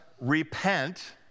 repent